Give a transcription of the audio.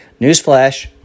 Newsflash